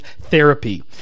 therapy